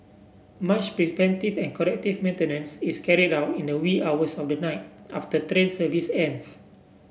much preventive and corrective maintenance is carried out in the wee hours of the night after train service ends